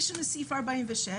יש לנו סעיף 46,